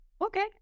Okay